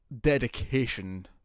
dedication